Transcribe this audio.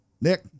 Nick